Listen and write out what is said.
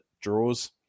draws